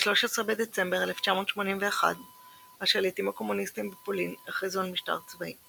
ב-13 בדצמבר 1981 השליטים הקומוניסטים בפולין הכריזו על משטר צבאי,